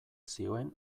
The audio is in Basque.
zioen